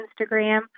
Instagram